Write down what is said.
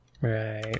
Right